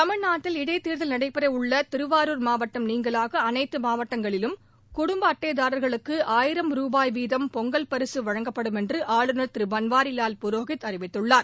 தமிழ்நாட்டில் இடைத்தேர்ல் நடைபெறவுள்ள திருவாரூர் மாவட்டம் நீங்கலாக அனைத்து மாவட்டங்களிலும் குடும்ப அட்டைதாரா்களுக்கு ஆயிரம் ரூபாய் வீதம் பொங்கல் பரிக வழங்கப்படும் என்று ஆளுநர் திரு பன்வாரிலால் புரோஹித் அறிவித்துள்ளார்